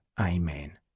Amen